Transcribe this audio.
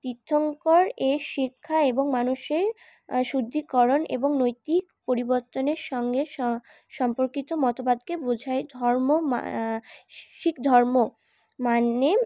তীর্থঙ্করের শিক্ষা এবং মানুষের শুদ্ধিকরণ এবং নৈতিক পরিবর্তনের সঙ্গে স সম্পর্কিত মতবাদকে বোঝায় ধর্ম শিখ ধর্ম মানে